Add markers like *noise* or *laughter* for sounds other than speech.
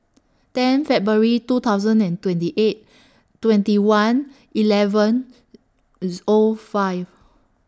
ten February two thousand and twenty eight twenty one eleven *unintelligible* O five